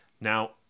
Now